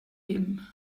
him